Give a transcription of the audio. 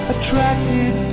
Attracted